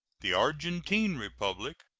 the argentine republic,